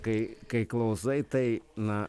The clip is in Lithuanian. kai kai klausai tai na